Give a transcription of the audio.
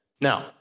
Now